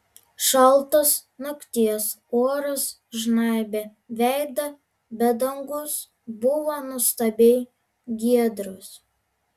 šaltas nakties oras žnaibė veidą bet dangus buvo nuostabiai giedras